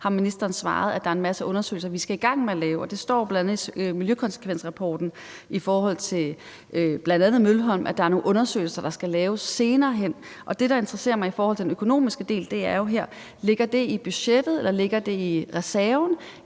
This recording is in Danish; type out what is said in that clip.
har ministeren svaret, at der var en masse undersøgelser, vi skal i gang med at lave. Der står bl.a. i miljøkonsekvensrapporten i forhold til bl.a. Mølholm, at der er nogle undersøgelser, der skal laves senere hen. Det, der interesserer mig i forhold til den økonomiske del, er her, om det ligger i budgettet, eller om det